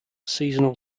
seasonal